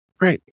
Right